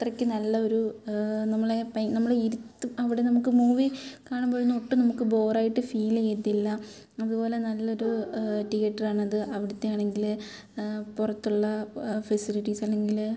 അത്രക്ക് നല്ല ഒരു നമ്മളെ പ നമ്മളെ ഇരുത്തും അവിടെ നമുക്ക് മൂവി കാണുമ്പോഴൊന്നും ഒട്ടും നമുക്ക് ബോറായിട്ട് ഫീലെയ്യത്തില്ല അത്പോലെ നല്ലൊരു തീയറ്ററാണത് അവിടുത്തെ ആണെങ്കിൽ പുറത്തുള്ള ഫെസിലിറ്റീസ് അല്ലെങ്കിൽ